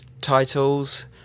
titles